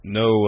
no